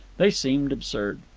they seemed absurd.